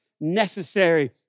necessary